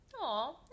Aw